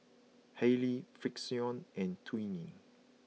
Haylee Frixion and Twinings